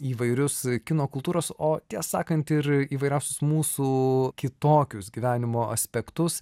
įvairius kino kultūros o tiesą sakant ir įvairiausius mūsų kitokius gyvenimo aspektus